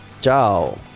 Ciao